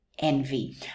envy